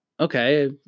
okay